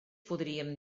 podríem